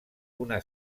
una